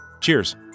Cheers